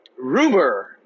rumor